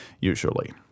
usually